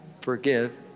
forgive